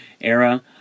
era